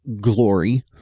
glory